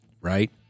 Right